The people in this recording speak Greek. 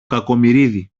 κακομοιρίδη